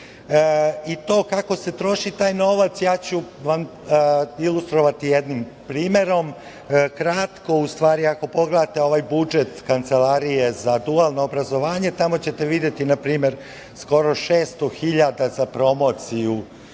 kako se troši taj novac ja ću vam ilustrovati jednim primerom. Ako pogledate ovaj budžet Kancelarije za dualno obrazovanje, tamo ćete videti npr. skoro 600.000 evra za promociju